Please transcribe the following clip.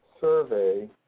survey –